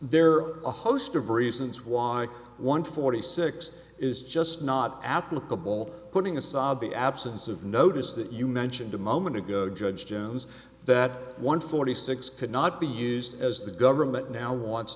are a host of reasons why one forty six is just not applicable putting aside the absence of notice that you mentioned a moment ago judge jones that one forty six could not be used as the government now wants